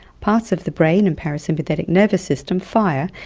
parts of the brain and parasympathetic nervous system fire,